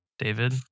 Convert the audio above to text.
David